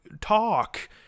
talk